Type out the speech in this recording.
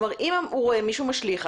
כלומר אם הוא רואה מישהו משליך,